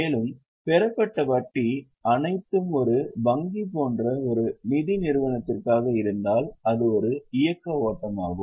மேலும் பெறப்பட்ட வட்டி அனைத்தும் ஒரு வங்கி போன்ற ஒரு நிதி நிறுவனத்திற்காக இருந்தால் அது ஒரு இயக்க ஓட்டமாகும்